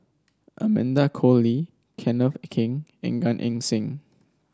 Amanda Koe Lee Kenneth Keng and Gan Eng Seng